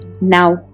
Now